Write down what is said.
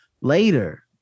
later